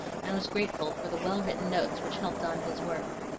and was grateful for the well-written notes which helped on his work.